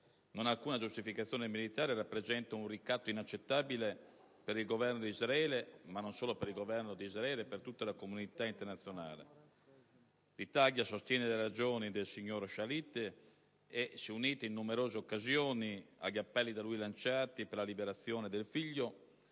ha alcuna giustificazione militare e rappresenta un ricatto inaccettabile non solo per il Governo d'Israele, ma per tutta la comunità internazionale. L'Italia sostiene le ragioni del signor Shalit e si è unita in numerose occasioni agli appelli da lui lanciati per la liberazione del figlio